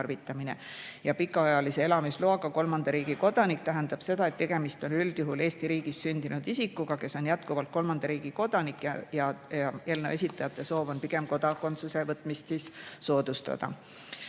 Pikaajalise elamisloaga kolmanda riigi kodanik tähendab seda, et tegemist on üldjuhul Eesti riigis sündinud isikuga, kes on kolmanda riigi kodanik, ja eelnõu esitajate soov on pigem [Eesti] kodakondsuse võtmist soodustada.